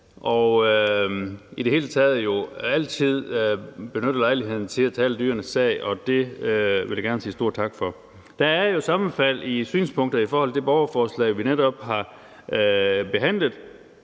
for i det hele taget altid at benytte lejligheden til at tale dyrenes sag. Det vil jeg da gerne sige stor tak for. Der er jo sammenfald i forhold til synspunkter med det borgerforslag, vi netop har behandlet,